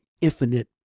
infinite